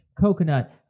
coconut